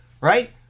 right